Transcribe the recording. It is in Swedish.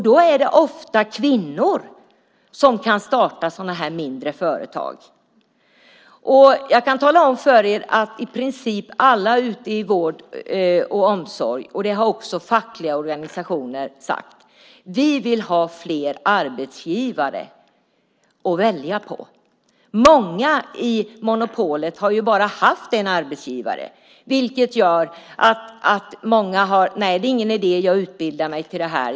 Då är det ofta kvinnor som kan starta sådana mindre företag. Jag kan tala om för er att i princip alla ute i vården och omsorgen säger att de vill ha fler arbetsgivare att välja mellan. Det har också fackliga organisationer sagt. Många inom monopolet har bara haft en arbetsgivare, vilket gör att många säger: Nej, det är ingen idé att jag utbildar mig till det här.